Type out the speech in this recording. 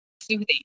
soothing